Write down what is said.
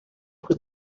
could